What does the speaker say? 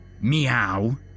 Meow